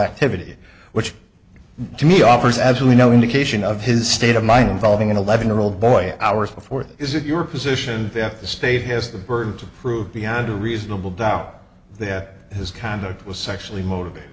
activity which to me offers absolutely no indication of his state of mind involving an eleven year old boy hours before is it your position that the state has the burden of proof beyond a reasonable doubt that his conduct was sexually motivated